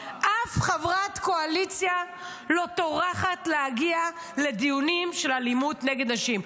אף חברה בקואליציה לא טורחת להגיע לדיונים על אלימות נגד נשים.